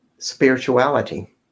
Spirituality